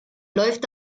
läuft